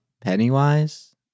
Pennywise